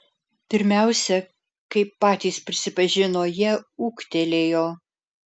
pirmiausia kaip patys prisipažino jie ūgtelėjo